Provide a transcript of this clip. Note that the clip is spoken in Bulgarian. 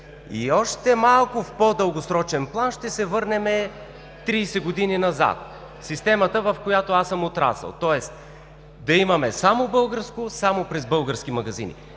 И още малко в по-дългосрочен план ще се върнем 30 години назад – системата, в която аз съм отрасъл, тоест да имаме само българско, само през български магазини.